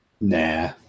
nah